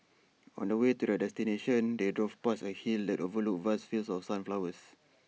on the way to their destination they drove past A hill that overlooked vast fields of sunflowers